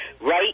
right